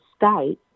Skype